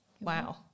wow